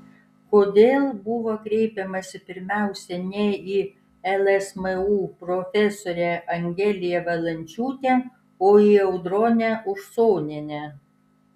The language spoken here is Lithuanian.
kodėl buvo kreipiamasi pirmiausia ne į lsmu profesorę angeliją valančiūtę o į audronę usonienę